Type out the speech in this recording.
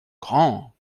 grands